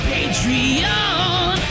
Patreon